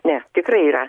ne tikrai yra